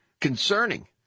concerning